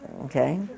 Okay